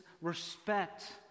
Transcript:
respect